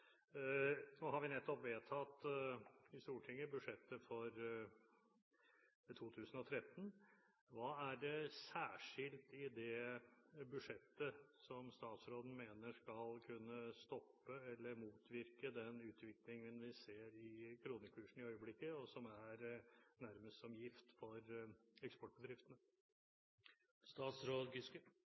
Nå har vi i Stortinget nettopp vedtatt budsjettet for 2013. Hva er det særskilt i det budsjettet som statsråden mener skal kunne stoppe eller motvirke den utviklingen vi ser i kronekursen i øyeblikket, og som nærmest er som gift for